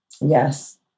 Yes